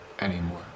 anymore